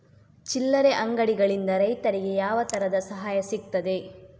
ಚಿಲ್ಲರೆ ಅಂಗಡಿಗಳಿಂದ ರೈತರಿಗೆ ಯಾವ ತರದ ಸಹಾಯ ಸಿಗ್ತದೆ?